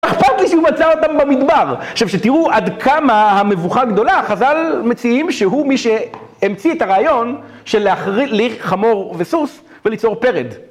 אכפת לי שהוא מצא אותם במדבר, עכשיו כשתראו עד כמה המבוכה הגדולה, החז"ל מציעים שהוא מי שהמציא את הרעיון של להכריח חמור וסוס וליצור פרד.